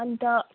अन्त